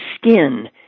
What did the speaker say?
skin